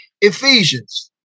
Ephesians